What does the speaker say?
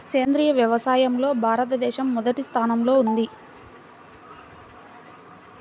సేంద్రీయ వ్యవసాయంలో భారతదేశం మొదటి స్థానంలో ఉంది